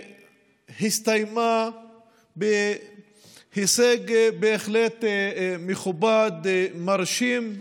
שהסתיימה בהישג בהחלט מכובד, מרשים.